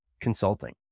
consulting